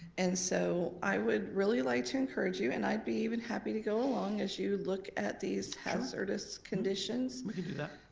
and so i would really like to encourage you and i'd be even happy to go along as you look at these hazardous conditions. sure, we can do that.